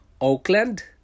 Oakland